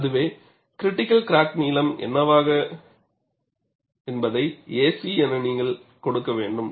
அதாவது critical crack நீளம் என்ன என்பதை ac என நீங்கள் கொடுக்க வேண்டும்